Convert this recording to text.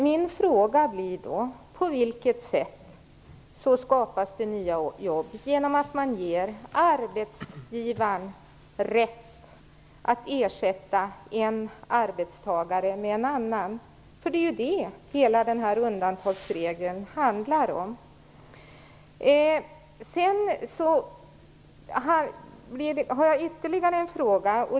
Min fråga blir då: På vilket sätt skapas det nya jobb genom att ge arbetsgivaren rätt att ersätta en arbetstagare med en annan? Det är ju vad hela den här undantagsregeln handlar om. Jag har ytterligare en undran.